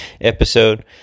episode